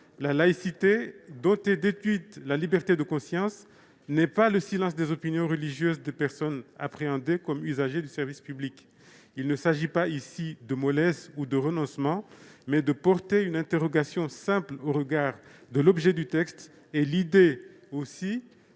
La laïcité, dont est déduite la liberté de conscience, n'est pas le silence des opinions religieuses des personnes appréhendées comme usagers du service public. Il ne s'agit pas ici de mollesse ou de renoncement, mais de porter une interrogation simple au regard de l'objet du texte. Il s'agit aussi